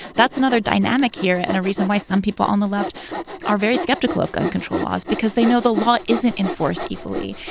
that's another dynamic here. and a reason why some people on the left are very skeptical of gun control laws because they know the law isn't enforced equally.